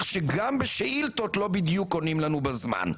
שגם בשאילתות לא בדיוק עונים לנו בזמן.